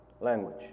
language